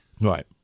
Right